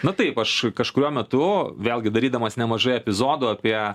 na taip aš kažkuriuo metu vėlgi darydamas nemažai epizodų apie